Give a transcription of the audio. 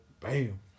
Bam